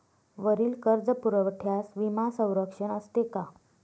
वरील कर्जपुरवठ्यास विमा संरक्षण असते का?